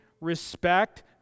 respect